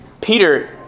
Peter